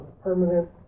permanent